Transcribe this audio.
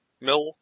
Mill